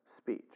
speech